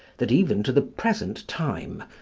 that even to the present time,